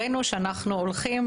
הראנו שאנחנו הולכים,